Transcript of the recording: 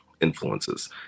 influences